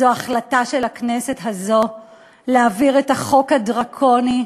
זאת החלטה של הכנסת הזאת להעביר את החוק הדרקוני,